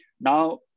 now